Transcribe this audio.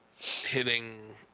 hitting